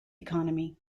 economy